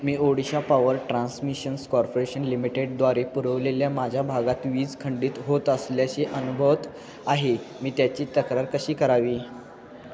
मी Odisha power transmissions corporation लिमिटेडद्वारे पुरवलेल्या माझ्या भागात वीज खंडित होत असल्याचे अनुभवत आहे मी त्याची तक्रार कशी करावी